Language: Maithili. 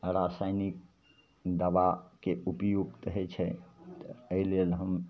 रासायनिक दवाके उपयोग रहै छै एहि लेल हम